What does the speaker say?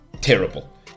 Terrible